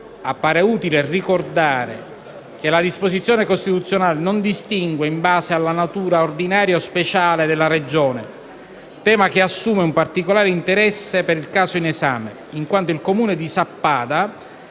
Appare utile ricordare che la disposizione costituzionale non distingue in base alla natura ordinaria o speciale della Regione, tema che assume particolare interesse per il caso in esame, in quanto il Comune di Sappada